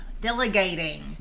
delegating